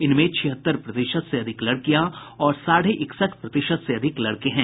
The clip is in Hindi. इनमें छिहत्तर प्रतिशत से अधिक लड़कियां और साढ़े इकसठ प्रतिशत से अधिक लड़के हैं